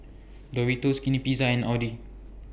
Doritos Skinny Pizza and Audi